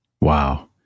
Wow